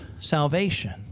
salvation